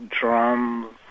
drums